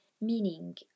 meaning